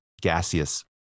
gaseous